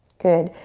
good,